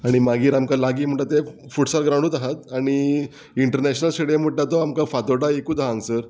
आनी मागीर आमकां लागीं म्हणटा ते फुटसार ग्रावंडूत आहा आनी इंटरनॅशनल स्टेडियम म्हणटा तो आमकां फातोड्डा एकूच हांगासर